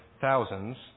thousands